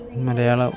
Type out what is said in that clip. Malayalam